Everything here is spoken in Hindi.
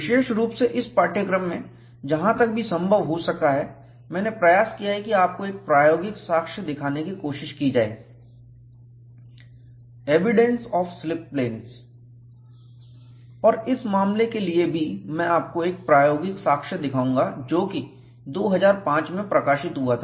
विशेष रूप से इस पाठ्यक्रम में जहां तक भी संभव हो सका है मैंने प्रयास किया है कि आपको एक प्रायोगिक साक्ष्य दिखाने की कोशिश की है एविडेन्स ऑफ स्लिप प्लेन्स इस मामले के लिए भी मैं आपको एक प्रायोगिक साक्ष्य दिखाऊंगा जो कि 2005 में प्रकाशित हुआ था